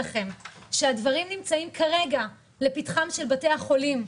הדברים נמצאים כרגע לפתחם של בתי החולים.